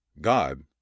God